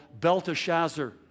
Belteshazzar